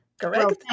correct